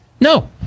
No